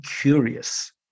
curious